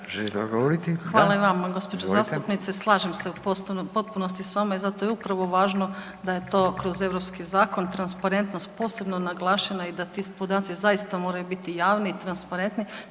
Hvala i vama gđo. zastupnice, slažem se u potpunosti s vama i zato je upravo važno da je to kroz europski zakon transparentnost posebno naglašena i da ti podaci zaista moraju biti javni i transparentni,